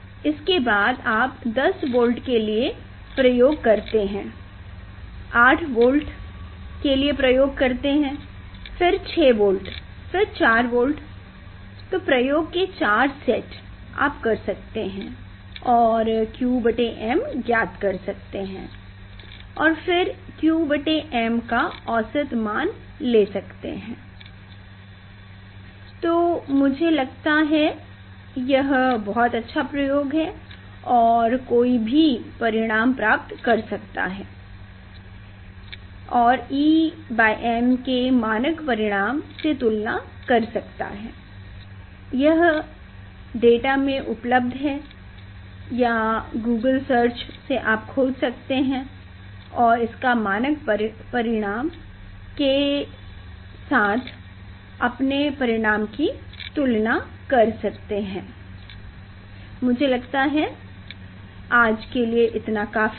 इसके बाद आप 10 वोल्ट के लिए प्रयोग करते हैं 8 वोल्ट के लिए प्रयोग करते हैं फिर 6 वोल्ट फिर 4 वोल्ट प्रयोग के चार सेट आप कर सकते हैं और qm ज्ञात कर सकते हैं और फिर qm का औसत मान ले सकते हैं तो मुझे लगता है कि यह बहुत अच्छा प्रयोग है और कोई भी परिणाम प्राप्त कर सकता है और em के मानक परिणाम से तुलना कर सकता है यह डेटा में उपलब्ध है या गूगल सर्च से आप खोज सकते हैं और इस मानक परिणाम के साथ अपने परिणाम की तुलना कर सकते है मुझे लगता है कि आज के लिए इतना काफी है